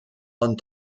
ond